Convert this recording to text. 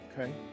Okay